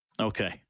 Okay